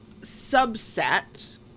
subset